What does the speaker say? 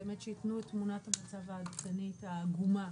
באמת שייתנו את תמונת המצב העדכנית העגומה,